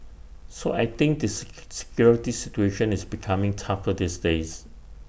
so I think this security situation is becoming tougher these days